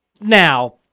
Now